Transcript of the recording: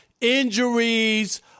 injuries